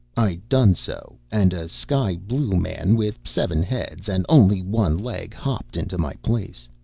i done so, and a sky-blue man with seven heads and only one leg hopped into my place.